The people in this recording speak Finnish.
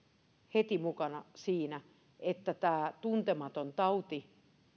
heti mukana siinä että tämä tuntematon tauti